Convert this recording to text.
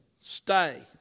stay